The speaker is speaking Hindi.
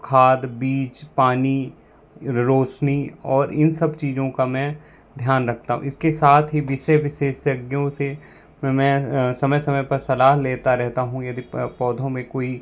खाद बीज पानी रौशनी और इन सब चीज़ों का मैं ध्यान रखता हूँ इसके साथ ही विषय विशेषज्ञों से म मैं समय समय पर सलाह लेता रेहता हूँ यदि पौधों में कोई